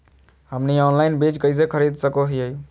हमनी ऑनलाइन बीज कइसे खरीद सको हीयइ?